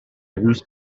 روز